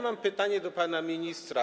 Mam pytanie do pana ministra.